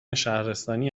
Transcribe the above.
شهرستانی